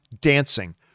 dancing